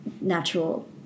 natural